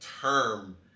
term